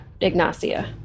Ignacia